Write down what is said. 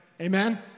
Amen